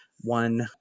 one